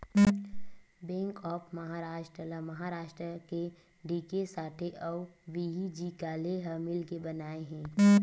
bank of Maharashtra ल महारास्ट के D K Sathe अउ व्ही.जी काले ह मिलके बनाए हे